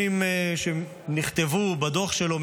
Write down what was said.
מודיעין ולפיתוח מערכות נשק מדויקות,